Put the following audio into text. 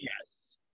Yes